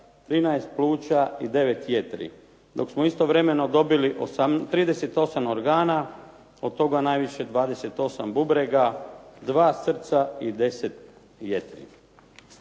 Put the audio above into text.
13 pluća i 9 jetri. Dok smo istovremeno dobili 38 organa, od toga najviše 28 bubrega, 2 srca i 10 jetri.